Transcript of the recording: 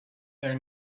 there